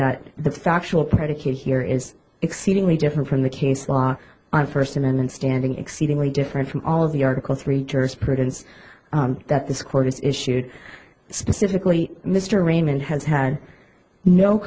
that the factual predicate here is exceedingly different from the case law on first amendment standing exceedingly different from all of the article three jurisprudence that this court has issued specifically mr raymond has had no